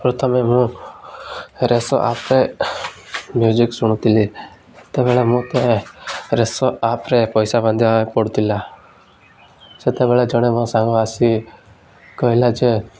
ପ୍ରଥମେ ମୁଁ ରେସୋ ଆପ୍ରେ ମ୍ୟୁଜିକ୍ ଶୁଣୁଥିଲି ସେତେବେଳେ ମୁଁ ତ ରେସୋ ଆପ୍ରେ ପଇସା ବାନ୍ଧିବାକୁ ପଡ଼ୁଥିଲା ସେତେବେଳେ ଜଣେ ମୋ ସାଙ୍ଗ ଆସି କହିଲା ଯେ